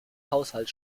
haushalt